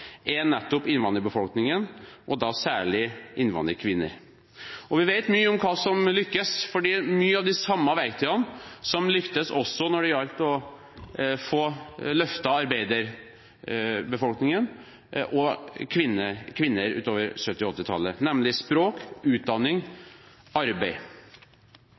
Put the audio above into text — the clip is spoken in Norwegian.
nettopp innvandrerbefolkningen og da særlig innvandrerkvinner. Vi vet mye om hva som lykkes, for det er mange av de samme verktøyene som lyktes da det gjaldt å få løftet arbeiderbefolkningen – og kvinner utover på 1970- og 1980-tallet – nemlig språk, utdanning og arbeid.